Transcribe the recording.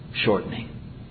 shortening